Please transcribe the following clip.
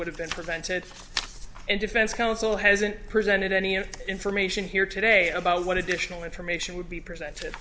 would have been prevented and defense counsel hasn't presented any of information here today about what additional information would be presented